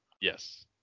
Yes